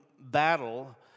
battle